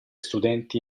studenti